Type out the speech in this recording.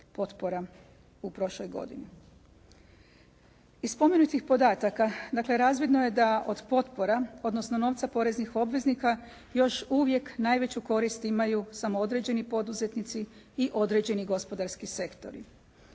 potpora u prošloj godini. Iz spomenutih podataka, dakle, razvidno je da od potpora, odnosno novca poreznih obveznika još uvijek najveću korist imaju samo određeni poduzetnici i određeni gospodarski sektori